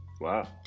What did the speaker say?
wow